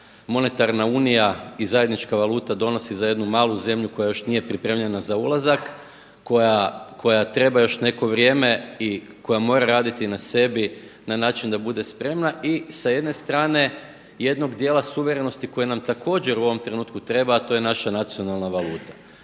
Monetarna unija i zajednička valuta donosi za jednu malu zemlju koja još nije pripremljena za ulazak, koja treba još neko vrijeme i koja mora raditi na sebi na način da bude spremna i sa jedne strane jednog dijela suverenosti koje nam također u ovom trenutku treba, a to je naša nacionalna valuta.